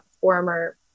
former